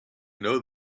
know